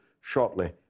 shortly